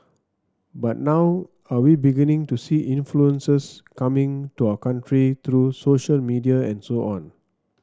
but now are we beginning to see influences coming to our country through social media and so on